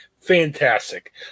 Fantastic